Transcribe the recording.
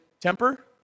temper